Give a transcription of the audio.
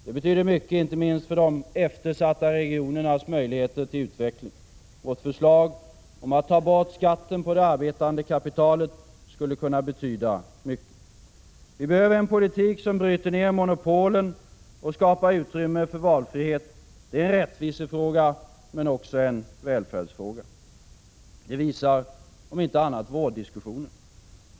Det betyder mycket icke minst för de eftersatta regionernas möjligheter till utveckling. Vårt förslag om att ta bort skatten på det arbetande kapitalet skulle kunna betyda mycket. Vi behöver en politik som bryter ner monopolen och skapar utrymme för valfrihet. Det är en rättvisefråga, men också en välfärdsfråga. Det visar, om inte annat, vårddiskussioner.